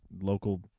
local